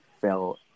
fell